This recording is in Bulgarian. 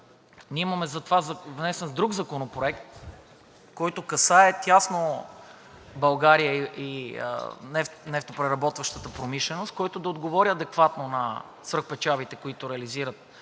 ние имаме внесен друг законопроект, който касае тясно България и нефтопреработващата промишленост, който да отговори адекватно на свръхпечалбите, които реализират